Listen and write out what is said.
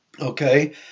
okay